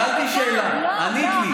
שאלתי שאלה, ענית לי.